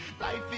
life